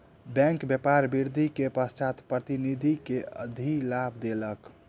bank व्यापार वृद्धि के पश्चात प्रतिनिधि के अधिलाभ देलक